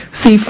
See